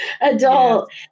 adult